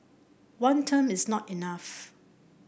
one term is not enough